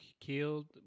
killed